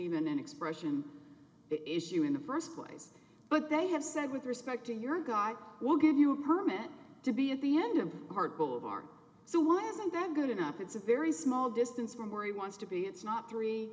even an expression issue in the first place but they have said with respect to your guy we'll give you a permit to be at the end of heart boulevard so why isn't that good enough it's a very small distance from where he wants to be it's not three